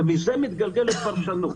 ומזה מתגלגלת פרשנות.